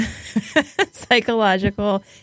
psychological